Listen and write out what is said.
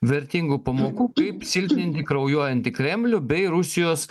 vertingų pamokų kaip silpninti kraujuojantį kremlių bei rusijos